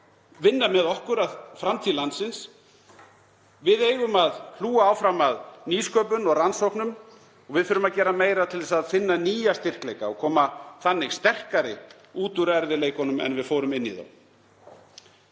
vinna með okkur að framtíð landsins. Við eigum áfram að hlúa að nýsköpun og rannsóknum, og við þurfum að gera meira til að finna nýja styrkleika og koma þannig sterkari út úr erfiðleikunum en við fórum inn í þá.